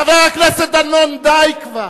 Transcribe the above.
חבר הכנסת דנון, די כבר.